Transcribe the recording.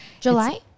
july